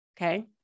Okay